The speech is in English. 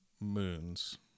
moons